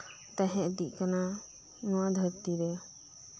ᱛᱟᱦᱮᱸ ᱤᱫᱤᱜ ᱠᱟᱱᱟ ᱱᱚᱣᱟ ᱫᱷᱟᱹᱨᱛᱤ ᱨᱮ